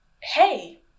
hey